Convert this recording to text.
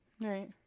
Right